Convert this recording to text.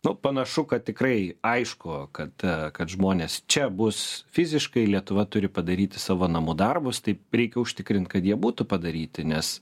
nu panašu kad tikrai aišku kad kad žmonės čia bus fiziškai lietuva turi padaryti savo namų darbus taip reikia užtikrint kad jie būtų padaryti nes